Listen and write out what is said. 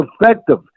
effective